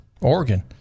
Oregon